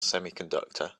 semiconductor